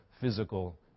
physical